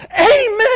Amen